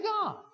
God